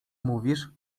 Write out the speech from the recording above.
mówisz